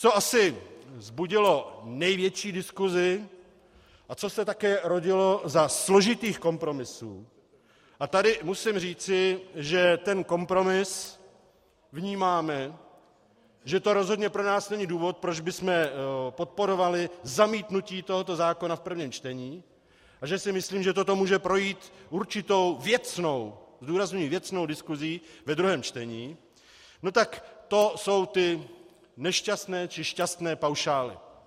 Co asi vzbudilo největší diskusi a co se také rodilo za složitých kompromisů, a tady musím říci, že ten kompromis vnímáme a že to rozhodně pro nás není důvod, proč bychom podporovali zamítnutí tohoto zákona v prvním čtení, a že si myslím, že toto může projít určitou věcnou zdůrazňuji věcnou diskusí ve druhém čtení, tak to jsou ty nešťastné či šťastné paušály.